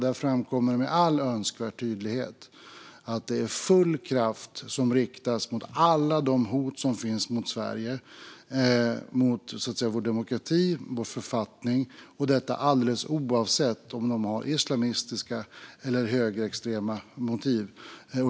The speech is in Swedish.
Där framkommer med all önskvärd tydlighet att det är full kraft som riktas mot alla de hot som finns mot Sverige, mot vår demokrati och mot vår författning - och detta alldeles oavsett om motiven bakom hoten är islamistiska eller högerextrema.